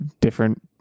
different